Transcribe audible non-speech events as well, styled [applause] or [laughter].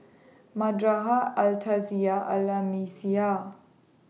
[unintelligible] Al [unintelligible] Al Islamiah